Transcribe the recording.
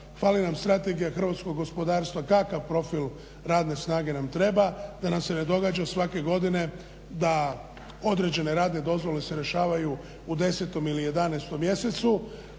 Fali nam strategija hrvatskog gospodarstva, kakav profil radne snage nam treba, da nam se ne događa svake godine da određene radne dozvole se rješavaju u 10. ili 11. mjesecu,